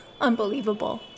Unbelievable